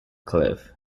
cliff